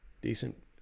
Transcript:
decent